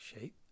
shape